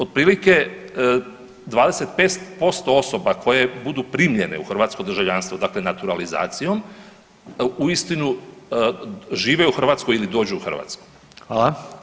Otprilike 25% osoba koje budu primljene u hrvatsko državljanstvo dakle naturalizacijom uistinu žive u Hrvatskoj ili dođu Hrvatsku.